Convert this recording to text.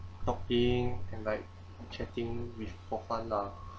talking and like chatting with for fun lah